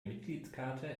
mitgliedskarte